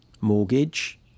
mortgage